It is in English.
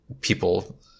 people